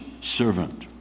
servant